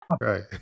right